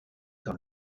dans